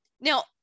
Now